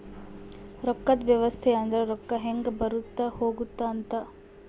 ರೊಕ್ಕದ್ ವ್ಯವಸ್ತೆ ಅಂದ್ರ ರೊಕ್ಕ ಹೆಂಗ ಬರುತ್ತ ಹೋಗುತ್ತ ಅಂತ